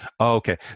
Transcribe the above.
Okay